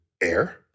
air